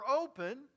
open